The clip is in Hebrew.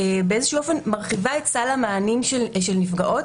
באיזשהו אופן מרחיבה את סל המענים של נפגעות